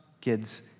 kids